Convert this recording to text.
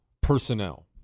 personnel